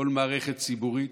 כל מערכת ציבורית,